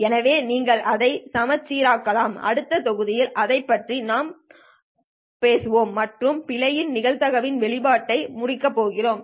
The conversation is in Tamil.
எனவே நீங்கள் இதை மறுசீரமைக்கலாம் அடுத்த தொகுதியில் இதைப் பற்றி பேசப் போகிறோம் மற்றும் பிழையின் நிகழ்தகவின் வெளிப்பாட்டை முடிக்கப் போகிறோம்